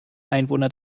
einwohner